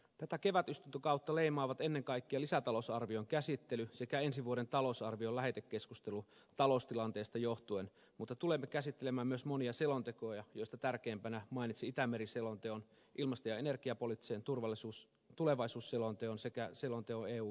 tätä kevätistuntokautta leimaavat ennen kaikkea lisätalousarvion käsittely sekä ensi vuoden talousarvion lähetekeskustelu taloustilanteesta johtuen mutta tulemme käsittelemään myös monia selontekoja joista tärkeimpinä mainitsen itämeri selonteon ilmasto ja energiapoliittisen tulevaisuusselonteon sekä selonteon eu politiikasta